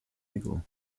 eagle